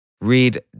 Read